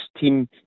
team